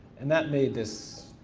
and that made this,